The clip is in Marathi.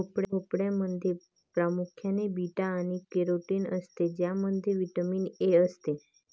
भोपळ्यामध्ये प्रामुख्याने बीटा आणि कॅरोटीन असते ज्यामध्ये व्हिटॅमिन ए असते